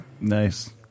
nice